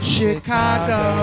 Chicago